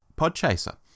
Podchaser